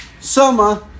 Summer